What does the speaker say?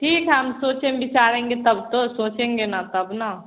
ठीक है हम सोचेम विचारेंगे तब तो सोचेंगे न तब न